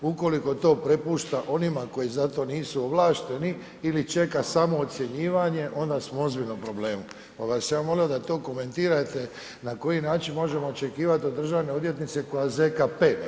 Ukoliko to prepušta onima koji za to nisu ovlašteni ili čeka samo ocjenjivanje, onda smo u ozbiljnom problemu, pa bi vas ja molio da to komentirate, na koji način možemo očekivati od državne odvjetnice koja ZKP ne zna.